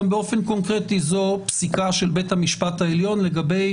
גם באופן קונקרטי זו פסיקה של בית המשפט העליון לגבי